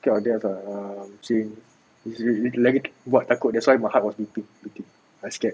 scared of death ah since lagi buat takut that's why my heart was beating beating I scared